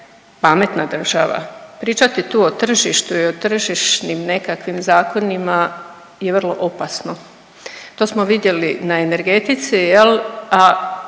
pametna država. Pričati tu o tržištu i o tržišnim nekakvim zakonima je vrlo opasno. To smo vidjeli na energetici